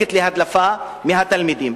הניתנת להדלפה מהתלמידים.